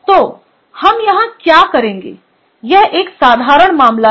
तो हम यहाँ क्या करेंगे यह एक साधारण मामला है